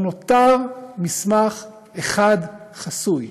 לא נותר מסמך אחד חסוי.